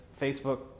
Facebook